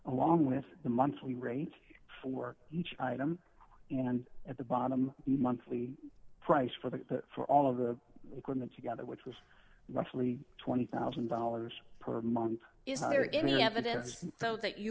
along with the monthly rate for work each item and at the bottom the monthly price for the for all of the equipment together which was roughly twenty thousand dollars per month is higher in the evidence so that you